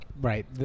Right